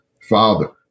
father